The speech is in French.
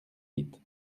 huit